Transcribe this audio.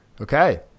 Okay